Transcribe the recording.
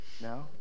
No